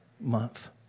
Month